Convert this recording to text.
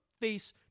face